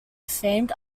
famed